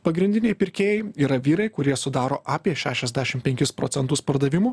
pagrindiniai pirkėjai yra vyrai kurie sudaro apie šešiasdešim penkis procentus pardavimų